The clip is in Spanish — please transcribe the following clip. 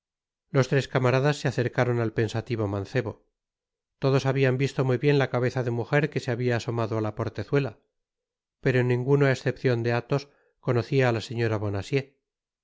los ires camaradas se acercaron al pensativo mancebo todos habian visto muy bien la cabeza de mujer que se habia a omado á la portezuela pero ninguno á escepoion de atbos conocía á la señora